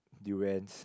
durians